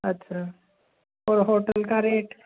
अच्छा और होटल का रेट